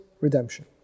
redemption